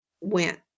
went